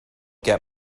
get